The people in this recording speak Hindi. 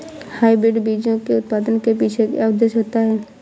हाइब्रिड बीजों के उत्पादन के पीछे क्या उद्देश्य होता है?